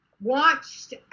watched